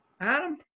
Adam